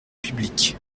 publiques